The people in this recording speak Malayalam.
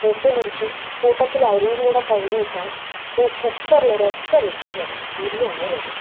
വെട്ടി നുറുക്കി കൂട്ടത്തിലരിയും കൂടെ കഴുകിയിട്ടാൽ ഈ കുക്കറിലൊരൊറ്റ വിസില് മതി ബിരിയാണി റെഡി